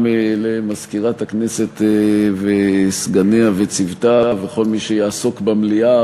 גם למזכירת הכנסת וסגניה וצוותה וכל מי שיעסוק במליאה